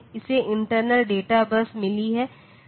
इसे internal data बस मिली है फिर यह एएलयू मिला है